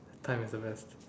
time is the best